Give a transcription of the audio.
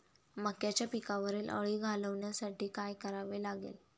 मक्याच्या पिकावरील अळी घालवण्यासाठी काय करावे लागेल?